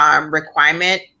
requirement